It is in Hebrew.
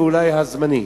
ואולי הזמני.